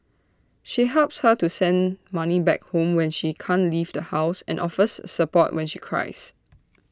she helps her to send money back home when she can't leave the house and offers support when she cries